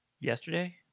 yesterday